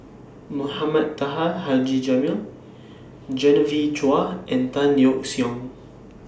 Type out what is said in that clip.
Mohamed Taha Haji Jamil Genevieve Chua and Tan Yeok Seong